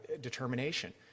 determination